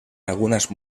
algunas